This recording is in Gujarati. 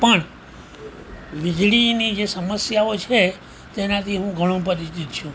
પણ વીજળીની જે સમસ્યાઓ છે તેનાથી હું ઘણો પરિચિત છું